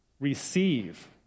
Receive